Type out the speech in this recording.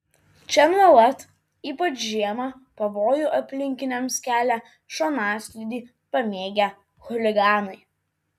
čia nuolat ypač žiemą pavojų aplinkiniams kelia šonaslydį pamėgę chuliganai